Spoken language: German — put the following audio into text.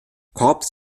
korps